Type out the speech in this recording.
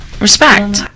Respect